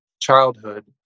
childhood